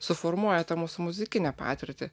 suformuoja tą mūsų muzikinę patirtį